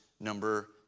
number